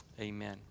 amen